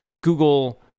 Google